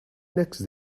next